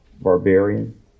barbarian